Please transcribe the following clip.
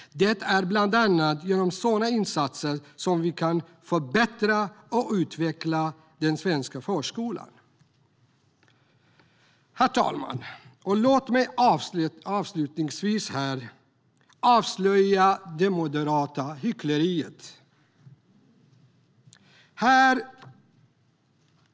Det är bland annat genom sådana insatser som vi kan förbättra och utveckla den svenska förskolan. Herr talman! Låt mig avslutningsvis avslöja det moderata hyckleriet.